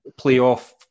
playoff